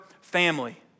family